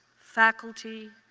faculty,